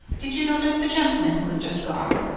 did you notice the gentleman who has just gone